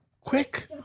Quick